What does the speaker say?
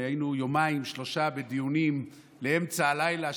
והיינו יומיים-שלושה בדיונים עד אמצע הלילה,